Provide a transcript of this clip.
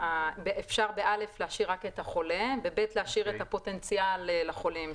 אפשר ב(א) להשאיר רק את החולה ב(ב) להשאיר את הפוטנציאל לחולים,